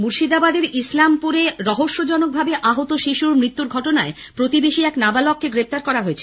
মুর্শিদাবাদের ইসলামপুরে রহস্যজনকভাবে আহত শিশুর মৃত্যুর ঘটনায় প্রতিবেশী এক নাবালককে গ্রেফতার করা হয়েছে